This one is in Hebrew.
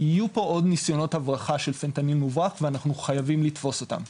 יהיו פה עוד ניסיונות הברחה של פנטניל מוברח ואנחנו חייבים לתפוס אותם.